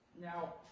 Now